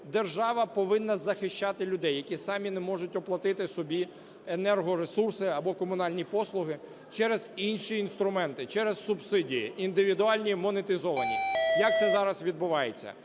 Держава повинна захищати людей, які самі не можуть оплатити собі енергоресурси або комунальні послуги через інші інструменти, через субсидії індивідуальні монетизовані, як це зараз відбувається.